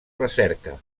recerca